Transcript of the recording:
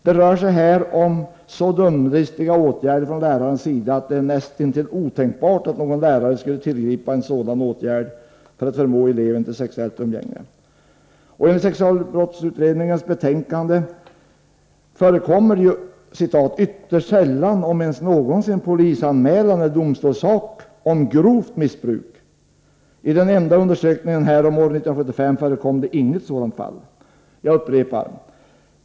Det rör sig här om så dumdristiga åtgärder från lärarens sida att det är näst intill otänkbart att någon lärare skulle tillgripa sådana för att förmå eleven till sexuellt umgänge. Enligt sexualbrottsutredningens betänkande förekommer det ”ytterst sällan om ens någonsin” polisanmälan eller domstolssak om ”grovt missbruk”. I den enda undersökningen häromåret, 1976, förekom det inget sådant fall. Jag upprepar.